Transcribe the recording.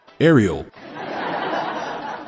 Ariel